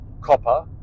Copper